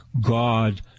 God